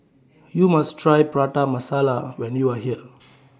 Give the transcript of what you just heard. YOU must Try Prata Masala when YOU Are here